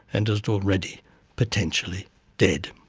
and is already potentially dead.